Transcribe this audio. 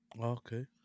Okay